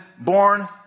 born